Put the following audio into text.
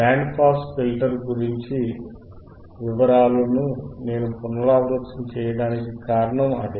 band pass filter గురించి వివరాలను నేను పునరావృతం చేయడానికి కారణం అదే